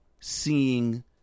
seeing